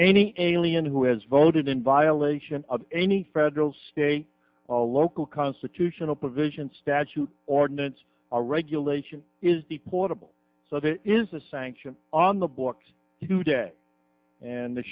any alien who has voted in violation of any federal state or local constitutional provision statute ordinance or regulation is the portable so there is a sanction on the books today and